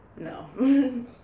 No